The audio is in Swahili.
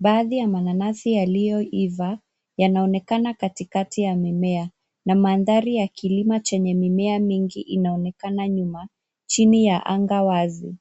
Baadhi ya mananasi yaliyoiva yanaonekana katikati ya mimea, na mandhari ya kilima chenye mimea mingi, inaonekana nyma, chini ya anga wazi.